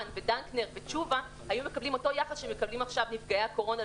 ודנקנר ותשובה היו מקבלים אותו יחס שמקבלים עכשיו נפגעי הקורונה,